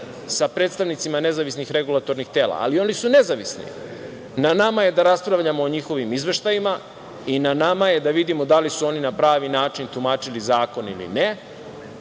sa predstavnicima nezavisnih regulatornih tela, ali oni su nezavisni. Na nama je da raspravljamo o njihovim izveštajima i na nama je da vidimo da li su oni na pravi način tumačili zakon ili ne